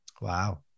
Wow